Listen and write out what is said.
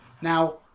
Now